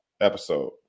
episode